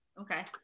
Okay